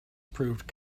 proved